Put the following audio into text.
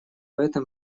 этом